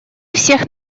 всех